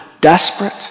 desperate